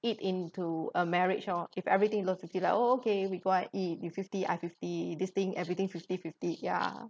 it into a marriage oh if everything looks fifty like oh okay we go out eat you fifty fifty this thing everything fifty fifty ya